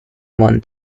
one